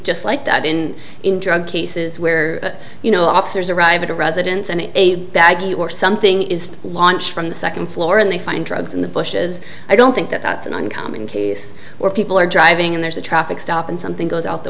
just like that in in drug cases where you know officers arrive at a residence and a baggie or something is launched from the second floor and they find drugs in the bushes i don't think that's an uncommon case where people are driving and there's a traffic stop and something goes out the